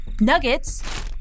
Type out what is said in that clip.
nuggets